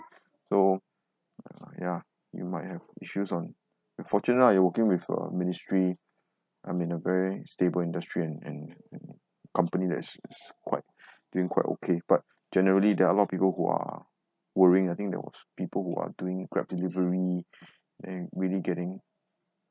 so ah yeah you might have issues on fortunately I'm working in a ministry I'm in a very stable industry and and and company that's quite doing quite okay but generally there are a lot of people who are worrying I think there was people who are doing Grab delivery and really getting